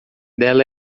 dela